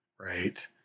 right